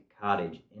cottage